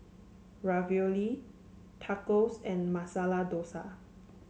Ravioli Tacos and Masala Dosa